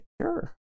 sure